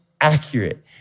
accurate